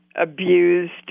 abused